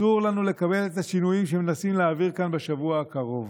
אסור לנו לקבל את השינויים שמנסים להעביר כאן בשבוע הקרוב.